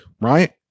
right